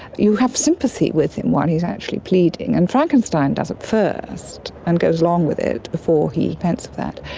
you have sympathy with him while he's actually pleading. and frankenstein does at first and goes along with it before he repents of that.